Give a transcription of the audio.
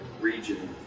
region